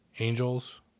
Angels